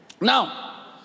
Now